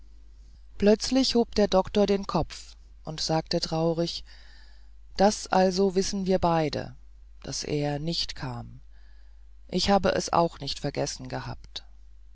plötzlich hob der doktor den kopf und sagte traurig das also wissen wir beide daß er nicht kam ich habe es auch nicht vergessen gehabt